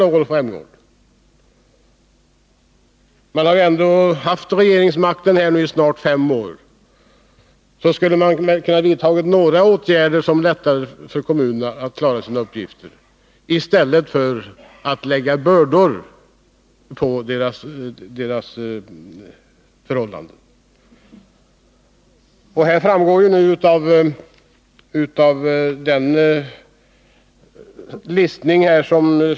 De borgerliga har ändå haft regeringsmakten i snart fem år, och under den tiden borde man ha kunnat vidta några åtgärder som skulle ha kunnat underlätta för kommunerna att klara sina uppgifter i stället för att lägga tyngre bördor på dem.